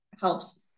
helps